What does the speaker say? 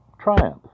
Triumph